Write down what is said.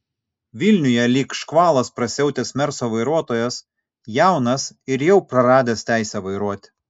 vilniuje lyg škvalas prasiautęs merso vairuotojas jaunas ir jau praradęs teisę vairuoti